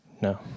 No